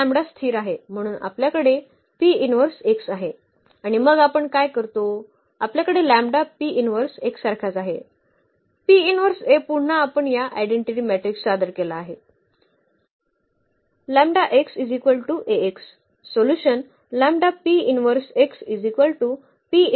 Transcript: तर लॅम्बडा स्थिर आहे म्हणून आपल्याकडे x आहे आणि मग आपण काय करतो आपल्याकडे लॅम्बडा x सारखाच आहे A पुन्हा आपण हा आयडेंटिटी मॅट्रिक्स सादर केला आहे